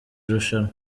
rushanwa